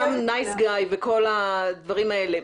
אותם נייס-גאי וכל הדברים האלה,